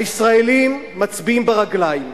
הישראלים מצביעים ברגליים.